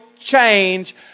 change